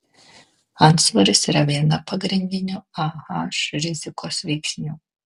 antsvoris yra vienas pagrindinių ah rizikos veiksnių